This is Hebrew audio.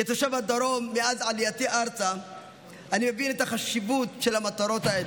כתושב הדרום מאז עלייתי ארצה אני מבין את החשיבות של המטרות האלה,